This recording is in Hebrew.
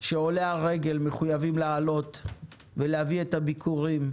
שעולי הרגל מחויבים לעלות ולהביא את הביכורים,